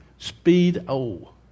Speedo